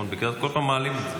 כי כל פעם מעלים את זה.